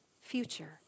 future